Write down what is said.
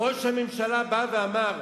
שראש הממשלה בא ואמר: